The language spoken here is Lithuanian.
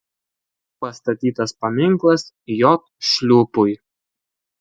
pastatytas paminklas j šliūpui